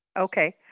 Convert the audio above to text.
Okay